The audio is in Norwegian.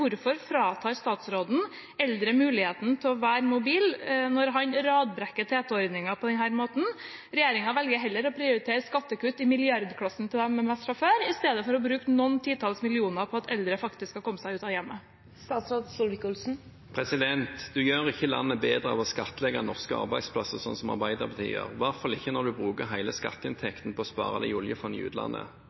fratar statsråden eldre muligheten til å være mobile når han radbrekker TT-ordningen på denne måten? Regjeringen velger å prioritere skattekutt i milliardklassen til dem med mest fra før i stedet for å bruke noen titalls millioner på at eldre faktisk skal komme seg ut av hjemmet. Man gjør ikke landet bedre ved å skattlegge norske arbeidsplasser, slik Arbeiderpartiet gjør – i hvert fall ikke når man bruker hele skatteinntekten på å spare den i oljefond i utlandet.